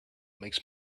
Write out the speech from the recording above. makes